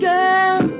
Girl